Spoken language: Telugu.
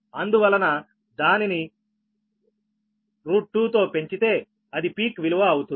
అందువలన దానిని 2 తో పెంచితే అది పీక్ విలువ అవుతుంది